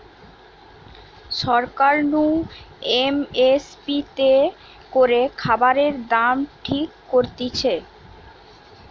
সরকার নু M S P তে করে খাবারের দাম ঠিক করতিছে